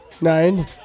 Nine